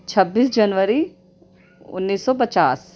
چھبیس جنوری انیس سو پچاس